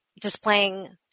displaying